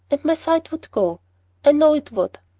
and my sight would go i know it would.